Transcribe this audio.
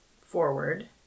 forward